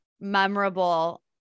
memorable